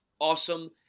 awesome